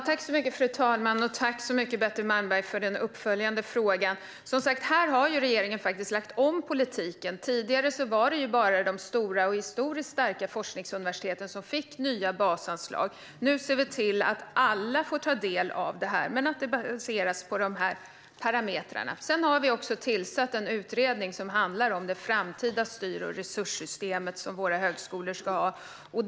Fru talman! Tack så mycket, Betty Malmberg, för den uppföljande frågan! Här har regeringen, som sagt, lagt om politiken. Tidigare var det bara de stora och historiskt starka forskningsuniversiteten som fick nya basanslag. Nu ser vi till att alla får ta del av basanslaget men att det baseras på de här parametrarna. Vi har också tillsatt en utredning som handlar om det framtida styr och resurssystem som våra högskolor ska ha.